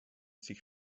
sich